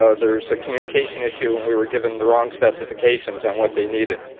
ah there was a communication issue and we were given the wrong specifications on what they needed.